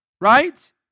right